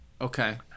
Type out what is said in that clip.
Okay